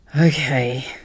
Okay